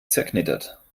zerknittert